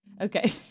Okay